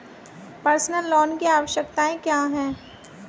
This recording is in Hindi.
पर्सनल लोन की आवश्यकताएं क्या हैं?